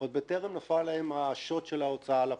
עוד בטרם נפל עליהם השוט של ההוצאה לפועל.